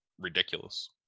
ridiculous